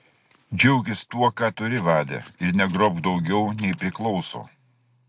džiaukis tuo ką turi vade ir negrobk daugiau nei priklauso